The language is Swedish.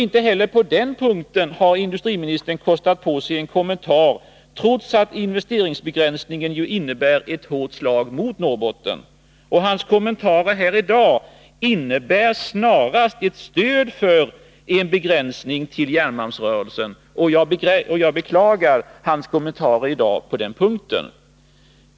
Inte heller på den punkten har industriministern kostat på sig en kommentar —trots att investeringsbegränsningen ju innebär ett hårt slag mot Norrbotten. Och hans kommentarer här i dag innebär snarast ett stöd för en begränsning till järnmalmsrörelsen. Jag beklagar hans kommentarer på den punkten.